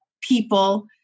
people